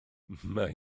mae